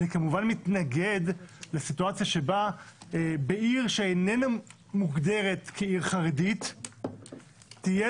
אני כמובן מתנגד לסיטואציה שבה בעיר שאיננה מוגדרת כעיר חרדית תהיה